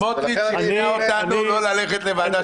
סמוטריץ' שכנע אותנו לא ללכת לוועדה